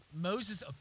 Moses